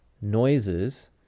noises